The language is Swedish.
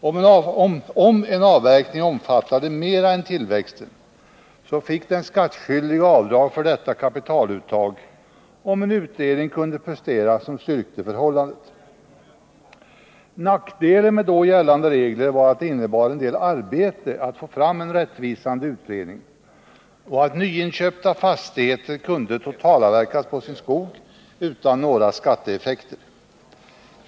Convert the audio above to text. Om en avverkning omfattade mera än tillväxten, fick den skattskyldige avdrag för detta kapitaluttag, om en utredning kunde presenteras som styrkte förhållandet. Nackdelen med då gällande regler var att det innebar en del arbete att få fram en rättvisande utredning och att nyinköpta fastigheter kunde totalavverkas på sin skog utan några skatteeffekter.